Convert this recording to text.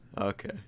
Okay